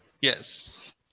Yes